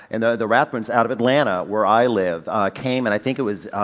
and the, the rathbuns out of atlanta where i live came and i think it was,